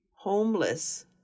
homeless